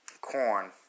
Corn